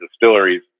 distilleries